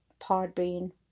Podbean